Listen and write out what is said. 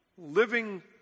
living